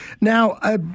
Now